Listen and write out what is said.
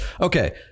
Okay